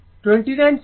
29 sine 369 o